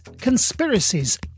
conspiracies